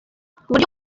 kuburyo